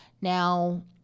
Now